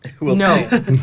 No